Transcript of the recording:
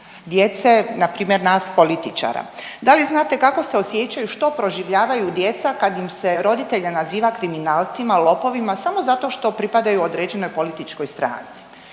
Djece na primjer nas političara. Da li znate kako se osjećaju, što proživljavaju djeca kad im se roditelje naziva kriminalcima, lopovima samo zato što pripadaju određenoj političkoj stranci.